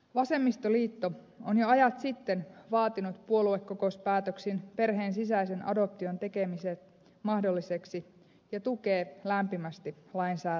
vasemmistoliitto on jo ajat sitten vaatinut puoluekokouspäätöksin perheen sisäisen adoption tekemistä mahdolliseksi ja tukee lämpimästi lain säätämistä